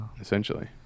Essentially